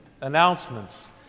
announcements